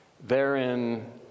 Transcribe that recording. Therein